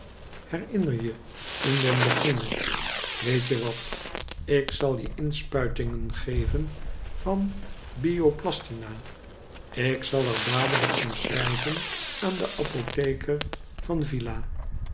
maakten herinnerje in den beginne weet je wat ik zal jeinspuitingen geven van bioplastina ik zal er dadelijk om schrijven aan den apotheker van villa